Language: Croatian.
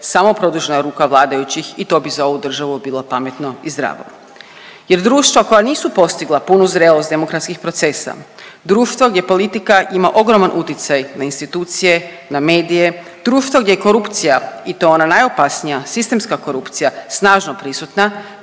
samo produžena ruka vladajućih i to bi za ovu državu bilo pametno i zdravo. Jer društva koja nisu postigla punu zrelost demokratskih procesa, društvo gdje politika ima ogroman utjecaj na institucije, na medije, društvo gdje je korupcija i to ona najopasnija sistemska korupcija, snažno prisutna